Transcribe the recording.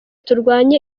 turwanye